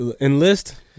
enlist